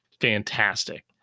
fantastic